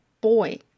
boy